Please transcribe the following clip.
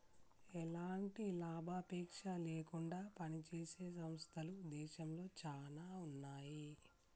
ఎలాంటి లాభాపేక్ష లేకుండా పనిజేసే సంస్థలు దేశంలో చానా ఉన్నాయి